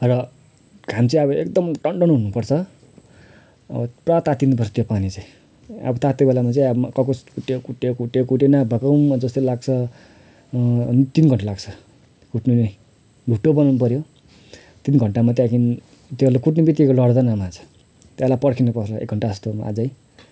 र घाम चाहिँ अब एकदम टनटन हुनुपर्छ पुरा तातिनुपर्छ त्यो पानी चै आबो तातेकै बेलामा चै अब कड्कुस त्यो कुट्यो कुट्यो कुट्यो कुट्यो नभाकोम जस्तै लाग्छ तिन घन्टा लाग्छ कुट्नु नै ढुटो बनाउनु पर्यो त्यो पनि घट्टामा त्यहाँदेखि त्यो कुट्नेबित्तिकै मर्दैन माछा त्यसलाई पर्खिनुपर्छ एक घन्टा जस्तै अझै